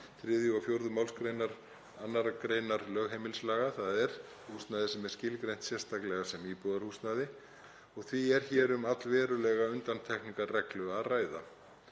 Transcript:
3. og 4. mgr. 2. gr. lögheimilislaga, þ.e. húsnæði sem er skilgreint sérstaklega sem íbúðarhúsnæði, og því er hér um allverulega undantekningarreglu að ræða.